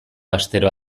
astero